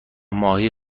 ماهی